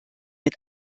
mit